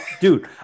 Dude